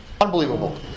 Unbelievable